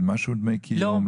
במשהו דמי קיום.